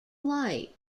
light